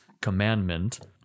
commandment